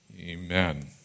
amen